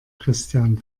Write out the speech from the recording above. christian